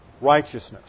righteousness